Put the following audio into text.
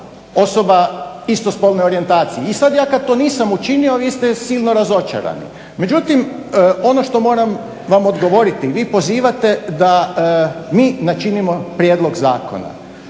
osoba istospolne orijentacije i sad ja kad to nisam učinio vi ste silno razočarani. Međutim, ono što moram vam odgovoriti, vi pozivate da mi načinimo prijedlog zakona,